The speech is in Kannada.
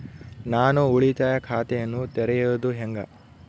ನಾನು ಉಳಿತಾಯ ಖಾತೆಯನ್ನ ತೆರೆಯೋದು ಹೆಂಗ?